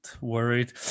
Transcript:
worried